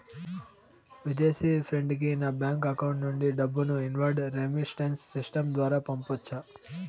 విదేశీ ఫ్రెండ్ కి నా బ్యాంకు అకౌంట్ నుండి డబ్బును ఇన్వార్డ్ రెమిట్టెన్స్ సిస్టం ద్వారా పంపొచ్చా?